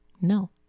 No